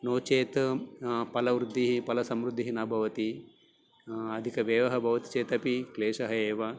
नो चेत् फलवृद्धिः फलसम्मृद्धिः न भवति अधिकव्ययः भवति चेत् अपि क्लेशः एव